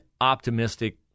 optimistic